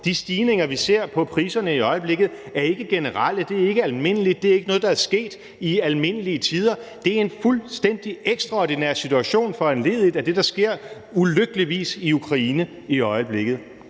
De stigninger, vi ser på priserne i øjeblikket, er ikke generelle; det er ikke almindeligt, det ikke noget, der er sket i almindelige tider. Det er en fuldstændig ekstraordinær situation foranlediget af det, der ulykkeligvis sker i Ukraine i øjeblikket.